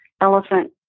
elephant